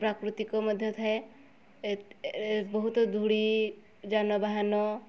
ପ୍ରାକୃତିକ ମଧ୍ୟ ଥାଏ ବହୁତ ଧୂଳି ଯାନବାହନ